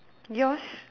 yours